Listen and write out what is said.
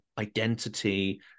identity